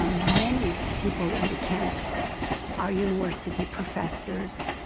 ah many people in the camps are university professors,